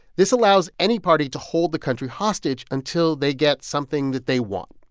this allows any party to hold the country hostage until they get something that they want.